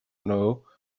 know